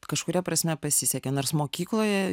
kažkuria prasme pasisekė nors mokykloje